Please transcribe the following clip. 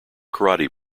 karate